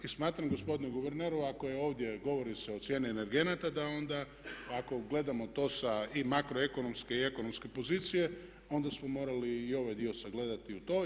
I smatram gospodine guverneru ako je ovdje, govori se o cijeni energenata da onda, ako gledamo to sa i makroekonomske i ekonomske pozicije onda smo morali i ovaj dio sagledati u tome.